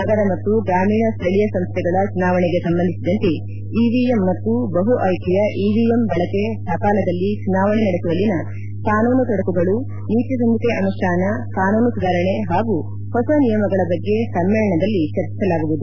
ನಗರ ಮತ್ತು ಗ್ರಾಮೀಣ ಸ್ಥಳೀಯ ಸಂಸ್ಥೆಗಳ ಚುಣಾವಣೆ ಸಂಬಂಧಿಸಿದಂತೆ ಇವಿಎಂ ಮತ್ತು ಬಹು ಆಯ್ಥೆಯ ಇವಿಎಂ ಬಳಕೆ ಸಕಾಲದಲ್ಲಿ ಚುನಾವಣೆ ನಡೆಸುವಲ್ಲಿನ ಕಾನೂನು ತೊಡಕುಗಳು ನೀತಿಸಂಹಿತೆ ಅನುಷ್ಠಾನ ಕಾನೂನು ಸುಧಾರಣೆ ಹಾಗೂ ಹೊಸ ನಿಯಮಗಳ ಬಗ್ಗೆ ಸಮ್ಮೇಳನದಲ್ಲಿ ಚರ್ಚಿಸಲಾಗುವುದು